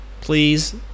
please